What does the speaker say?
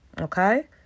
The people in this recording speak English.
Okay